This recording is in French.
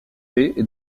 est